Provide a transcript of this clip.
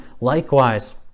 likewise